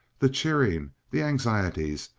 the cheering, the anxieties,